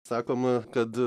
sakoma kad